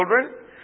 children